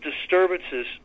disturbances